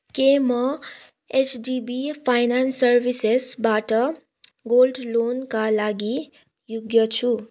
के म HDB finance सर्विसेसबाट गोल्ड लोनका लागि योग्य छु